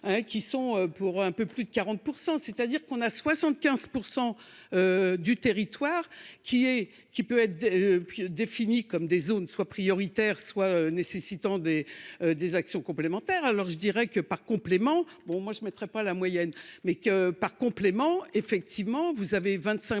qui sont pour un peu plus de 40%, c'est-à-dire qu'on a 75%. Du territoire qui est, qui peut être. Définie comme des zones soit prioritaire soit nécessitant des des actions complémentaires. Alors je dirais que par complément. Bon moi je mettrais pas la moyenne mais qui par complément effectivement vous avez 25%.